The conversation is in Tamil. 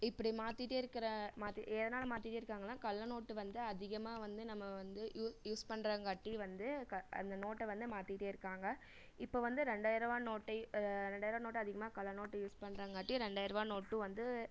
இப்படி மாற்றிட்டே இருக்கிற மாற்றி ஏ எதனால் மாற்றிட்டே இருக்காங்கனா கள்ளநோட்டு வந்து அதிகமாக வந்து நம்ம வந்து யூ யூஸ் பண்ணுறங்காட்டி வந்து க அந்த நோட்டை வந்து மாற்றிட்டே இருக்காங்க இப்போ வந்து ரெண்டாயிரருவா நோட் ரெண்டாயிரருவா நோட்டை அதிகமாக கள்ளநோட்டு யூஸ் பண்ணுறங்காட்டி ரெண்டாயிரருவா நோட்டும் வந்து